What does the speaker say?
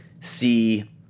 see